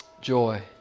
Joy